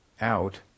out